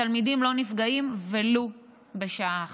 התלמידים לא נפגעים ולו בשעה אחת.